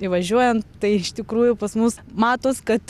įvažiuojant tai iš tikrųjų pas mus matos kad